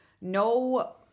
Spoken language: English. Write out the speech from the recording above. no